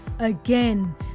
again